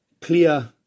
clear